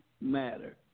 matter